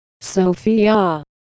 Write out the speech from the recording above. sophia